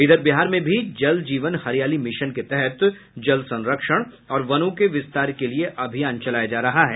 इधर बिहार में भी जल जीवन हरियाली मिशन के तहत जल संरक्षण और वनों के विस्तार के लिए अभियान चलाया जा रहा है